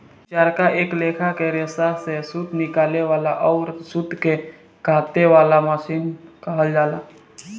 चरखा एक लेखा के रेसा से सूत निकाले वाला अउर सूत के काते वाला मशीन के कहल जाला